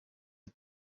are